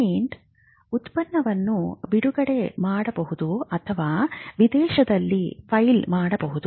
client ಉತ್ಪನ್ನವನ್ನು ಬಿಡುಗಡೆ ಮಾಡಬಹುದು ಅಥವಾ ವಿದೇಶದಲ್ಲಿ ಫೈಲ್ ಮಾಡಬಹುದು